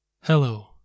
Hello